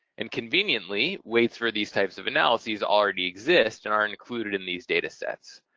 and conveniently weights for these types of analyses already exist and are included in these datasets.